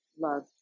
love